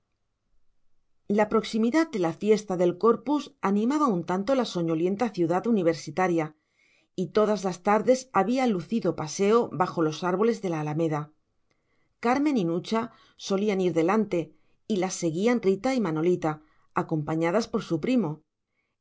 la proximidad de la fiesta del corpus animaba un tanto la soñolienta ciudad universitaria y todas las tardes había lucido paseo bajo los árboles de la alameda carmen y nucha solían ir delante y las seguían rita y manolita acompañadas por su primo